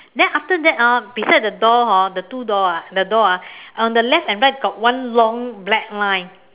then after that orh beside the door hor the two door ah the door ah on the left and right got one long black line